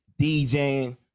djing